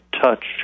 touch